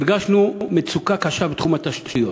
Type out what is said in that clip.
הרגשנו מצוקה קשה בתחום התשתיות,